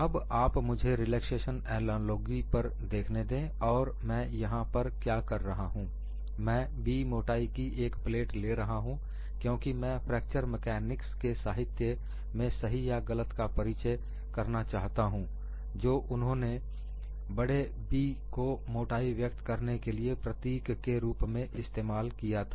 अब आप मुझे रिलैक्सेशन एनालॉजी पर देखने दे और मैं यहां पर क्या कर रहा हूं मैं 'B' मोटाई की एक प्लेट ले रहा हूं क्योंकि मैं फ्रैक्चर मैकानिक्स के साहित्य में सही या गलत का परिचय करना चाहता हूं जो उन्होंने बड़े 'B' को मोटाई व्यक्त करने के लिए प्रतीक के रूप में इस्तेमाल किया था